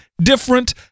different